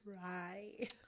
try